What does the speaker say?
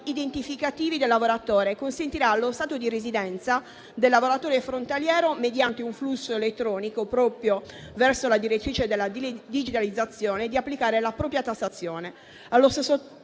identificativi del lavoratore, consentirà allo Stato di residenza del lavoratore frontaliero, mediante un flusso elettronico verso la direttrice della digitalizzazione, di applicare la propria tassazione.